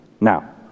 Now